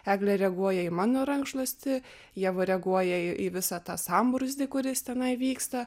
eglė reaguoja į mano rankšluostį ieva reaguoja į visą tą sambrūzdį kuris tenai vyksta